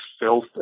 filth